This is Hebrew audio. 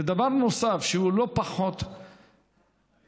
דבר נוסף, שהוא לא פחות חשוב